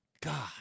God